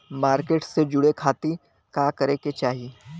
Market से जुड़े खाती का करे के चाही?